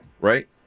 right